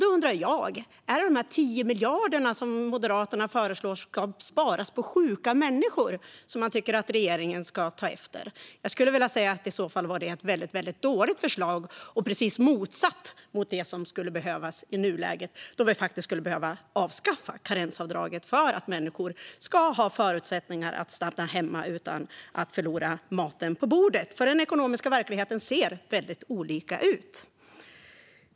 Då undrar jag: Är det de 10 miljarder kronor som Moderaterna föreslår ska sparas på sjuka människor som han tycker att regeringen ska ta efter? Jag skulle vilja säga att det i så fall var ett mycket dåligt förslag och precis motsatt mot det som skulle behövas i nuläget då vi faktiskt skulle behöva avskaffa karensavdraget för att människor ska ha förutsättningar att stanna hemma utan att förlora maten på bordet. Den ekonomiska verkligheten ser nämligen väldigt olika ut.